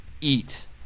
eat